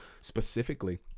specifically